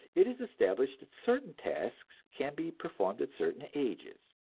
it is established that certain tasks can be performed at certain ages.